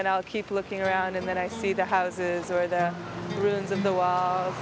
then i'll keep looking around and then i see the houses or the rooms and the w